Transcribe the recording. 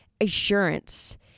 assurance